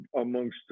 amongst